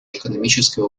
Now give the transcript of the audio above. экономическое